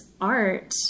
art